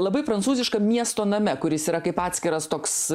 labai prancūziškam miesto name kuris yra kaip atskiras toks